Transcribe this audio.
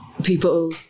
people